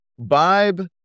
vibe